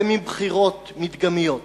מקיימים בחירות מדגמיות.